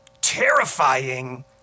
terrifying